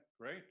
great